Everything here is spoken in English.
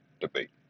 debate